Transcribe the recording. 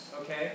Okay